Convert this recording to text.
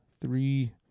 three